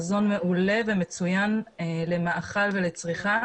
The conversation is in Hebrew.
מזון מעולה מצוין למאכל ולצריכה